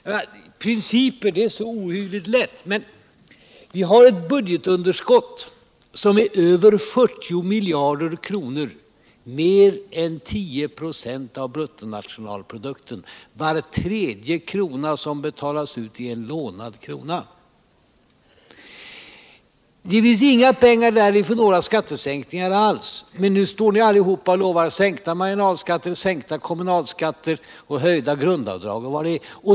Att ha principer är ohyggligt lätt, men vi har dock ett budgetunderskott som är över 40 miljarder kr., vilket är mer än 10 74 av bruttonationalprodukten. Var tredje krona som betalas ut är lånad. Det finns inga pengar där för några skattesänkningar alls, men nu står ni alla och lovar sänkta marginalskatter, sänkta kommunalskatter, höjda grundavdrag och vad det är.